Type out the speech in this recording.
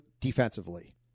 defensively